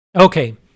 Okay